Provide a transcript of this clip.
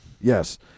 Yes